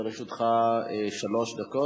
אדוני, לרשותך שלוש דקות.